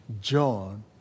John